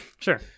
Sure